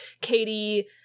Katie